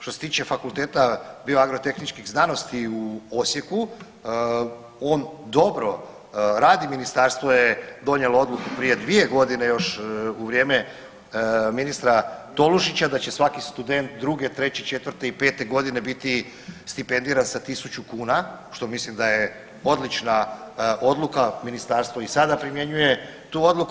Što se tiče Fakulteta bioagrotehničkih znanosti u Osijeku, on dobro radi, ministarstvo je donijelo odluku prije 2 godine još u vrijeme ministra Tolušića da će svaki student 2, 3, 4 i 5 godine biti stipendiran sa 1.000 kuna što mislim da je odlična odluka, ministarstvo i sada primjenjuje tu odluku.